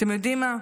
אתם יודעים מה?